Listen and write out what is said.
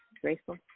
graceful